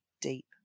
deep